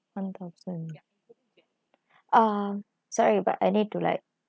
one thousand uh sorry but I need to like